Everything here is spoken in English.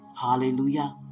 Hallelujah